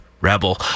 rebel